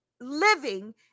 living